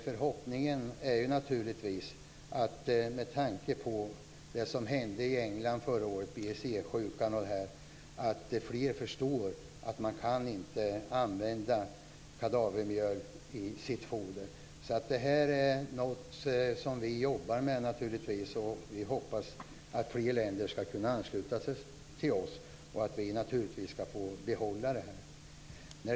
Förhoppningen, med tanke på det som hände i England förra året och BSE-sjukan, är naturligtvis att fler förstår att man inte kan använda kadavermjöl i foder. Det här är något som vi naturligtvis jobbar med. Vi hoppas att fler länder skall ansluta sig till oss och att vi får behålla förbudet.